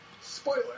Spoiler